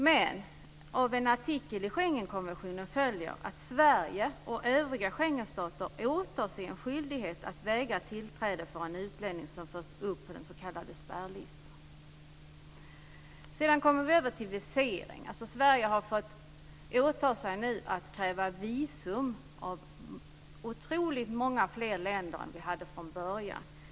Men av en artikel i Schengenkonventionen följer att Sverige och övriga Schengenstater åtar sig skyldighet att vägra tillträde för en utlänning som förts upp på den s.k. spärrlistan. Sedan kommer vi över till viseringar. Sverige har fått åta sig att kräva visum av otroligt många fler länder än vi hade från början.